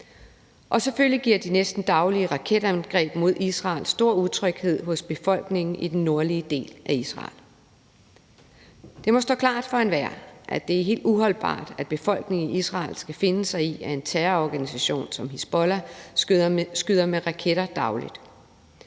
Og selvfølgelig giver de næsten daglige raketangreb mod Israel stor utryghed hos befolkningen i den nordlige del af Israel. Det må stå klart for enhver, at det er helt uholdbart, at befolkningen i Israel skal finde sig i, at en terrororganisation som Hizbollah skyder med raketter dagligt.